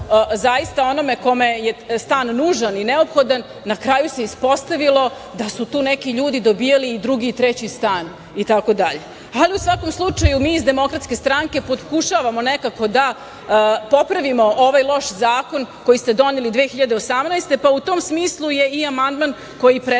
zaista onome kome je stan nužan i neophodan, na kraju se ispostavilo da su tu neki ljudi dobijali i drugi i treći stan i tako dalje.U svakom slučaju, mi iz DS pokušavamo nekako da popravimo ovaj loš zakon koji ste doneli 2018. godine, pa u tom smislu je i amandman koji